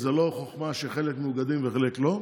זו לא חוכמה שחלק מאוגדים וחלק לא,